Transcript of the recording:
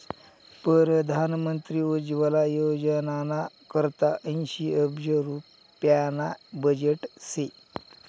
परधान मंत्री उज्वला योजनाना करता ऐंशी अब्ज रुप्याना बजेट शे